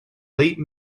late